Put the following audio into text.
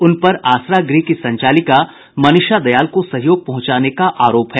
उनपर आसरा गृह की संचालिका मनीषा दयाल को सहयोग पहुंचाने का आरोप है